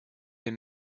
les